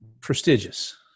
prestigious